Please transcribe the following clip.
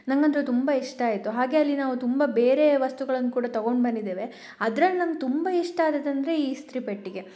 ನನಗಂತೂ ತುಂಬ ಇಷ್ಟ ಆಯಿತು ಹಾಗೆ ಅಲ್ಲಿ ನಾವು ತುಂಬ ಬೇರೆ ವಸ್ತುಗಳನ್ನು ಕೂಡ ತಗೊಂಡು ಬಂದಿದ್ದೇವೆ ಅದ್ರಲ್ಲಿ ನಂಗೆ ತುಂಬ ಇಷ್ಟ ಆದದ್ದು ಅಂದರೆ ಈ ಇಸ್ತ್ರಿಪೆಟ್ಟಿಗೆ